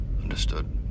Understood